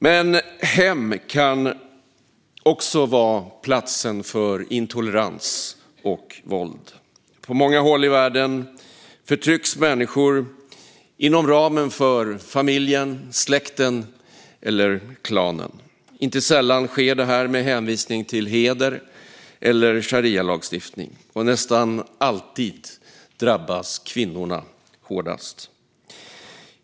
Men ett hem kan också vara platsen för intolerans och våld. På många håll i världen förtrycks människor inom ramen för familjen, släkten eller klanen. Inte sällan sker detta med hänvisning till heder eller sharialagstiftning, och nästan alltid drabbas kvinnorna hårdast.